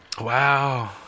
Wow